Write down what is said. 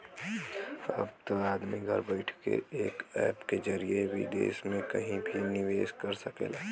अब त आदमी घर बइठे एक ऐप के जरिए विदेस मे कहिं भी निवेस कर सकेला